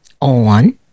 on